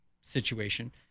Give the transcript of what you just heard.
situation